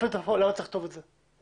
למה צריך לכתוב את זה?